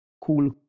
Cool